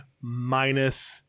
minus